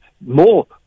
more